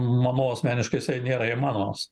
manau asmeniškai nėra įmanomas